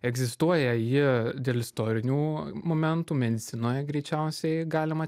egzistuoja ji dėl istorinių momentų medicinoje greičiausiai galima